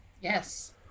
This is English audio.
Yes